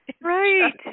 Right